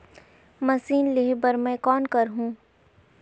Machine लेहे बर मै कौन करहूं?